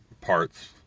parts